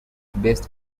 based